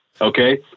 Okay